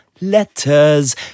Letters